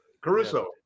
Caruso